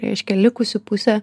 reiškia likusi pusė